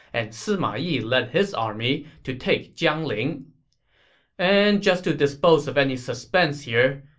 and sima yi led his army to take jiangling and just to dispose of any suspense here,